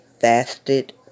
fasted